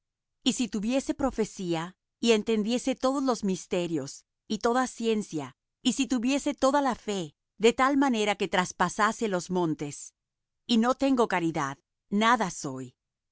y si tuviese profecía y entendiese todos los misterios y toda ciencia y si tuviese toda la fe de tal manera que traspasase los montes y no tengo caridad nada soy